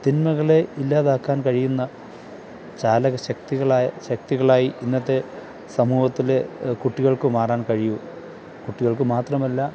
തിന്മകളെ ഇല്ലാതാക്കാൻ കഴിയുന്ന ചാലക ശക്തികളായ ശക്തികളായി ഇന്നത്തെ സമൂഹത്തിലെ കുട്ടികൾക്കു മാറാൻ കഴിയും കുട്ടികൾക്കു മാത്രമല്ല